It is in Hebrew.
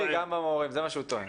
שוק חופשי גם למורים, זה מה שהוא טוען.